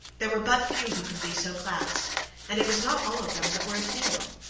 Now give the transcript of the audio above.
there were but few who could be so classed and it was not all of them that were attainable.